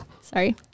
Sorry